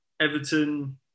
Everton